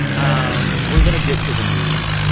um we're going to get to the news.